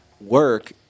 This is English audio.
Work